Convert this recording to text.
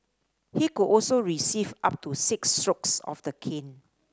he could also receive up to six strokes of the cane